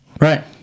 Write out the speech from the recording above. Right